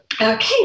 okay